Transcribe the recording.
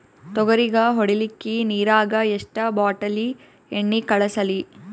ತೊಗರಿಗ ಹೊಡಿಲಿಕ್ಕಿ ನಿರಾಗ ಎಷ್ಟ ಬಾಟಲಿ ಎಣ್ಣಿ ಕಳಸಲಿ?